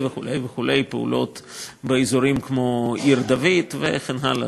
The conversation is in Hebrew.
וכו' וכו' וכו'; פעולות באזורים כמו עיר-דוד וכן הלאה.